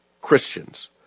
Christians